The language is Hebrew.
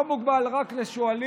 זה לא מוגבל רק לשועלים.